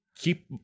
keep